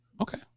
Okay